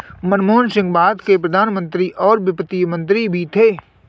मनमोहन सिंह भारत के प्रधान मंत्री और वित्त मंत्री भी थे